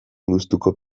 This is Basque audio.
gustuko